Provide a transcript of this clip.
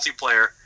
multiplayer